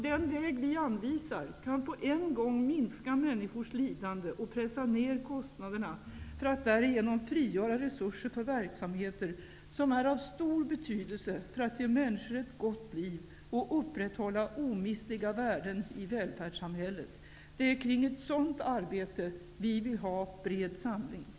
Den väg vi anvisar kan på en gång minska människors lidande och pressa ned kost naderna, för att därigenom frigöra resurser för verksamheter som är av stor betydelse för att ge människor ett gott liv och upprätthålla omistliga värden i välfärdssamhället. Det är kring ett sådant arbete vi vill ha bred samling. Anf. 198 STEFAN